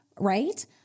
right